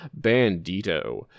Bandito